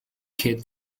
kid